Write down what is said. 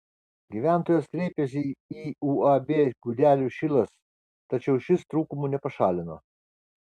gyventojas kreipėsi į uab gudelių šilas tačiau šis trūkumų nepašalino